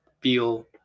feel